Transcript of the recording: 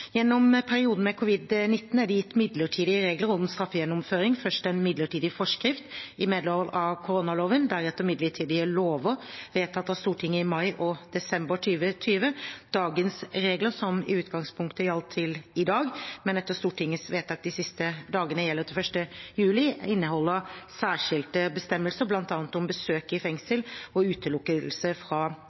Gjennom perioden med covid-19 er det gitt midlertidige regler om straffegjennomføring, først en midlertidig forskrift i medhold av koronaloven, deretter midlertidige lover vedtatt av Stortinget i mai og desember 2020. Dagens regler – som i utgangspunktet gjaldt til i dag, men etter Stortingets vedtak de siste dagene gjelder til 1. juli – inneholder særskilte bestemmelser bl.a. om besøk i fengsel og utelukkelse fra